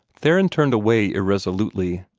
theron turned away irresolutely,